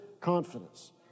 confidence